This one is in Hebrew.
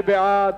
מי בעד?